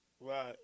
Right